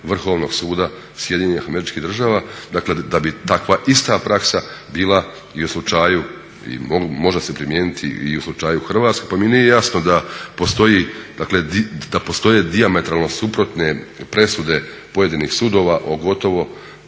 Vrhovnog suda SAD-a, dakle da bi takva ista praksa bila i u slučaju i može se primijeniti i u slučaju Hrvatske pa mi nije jasno da postoje dijametralno suprotne presude pojedinih sudova o gotovo